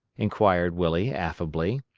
inquired willie, affably.